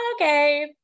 okay